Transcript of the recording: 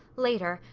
later,